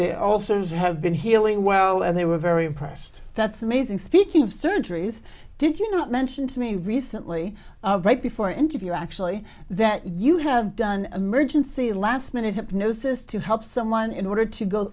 they also have been healing well and they were very impressed that's amazing speaking of surgeries did you not mention to me recently right before our interview actually that you had done emergency last minute hypnosis to help someone in order to go